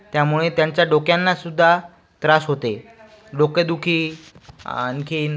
त्यामुळे त्यांच्या डोक्यांनासुद्धा त्रास होते डोकेदुखी आणखी